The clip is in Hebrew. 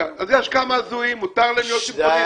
אז יש כמה הזויים, מותר להם להיות צמחוניים.